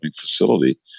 facility